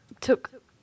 took